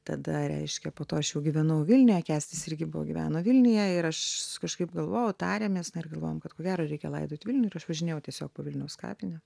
tada reiškia po to aš jau gyvenau vilniuje kęstas irgi buvo gyveno vilniuje ir aš kažkaip galvojau tarėmės na ir galvojom kad ko gero reikia laidot vilniuj ir aš važinėjau tiesiog po vilniaus kapines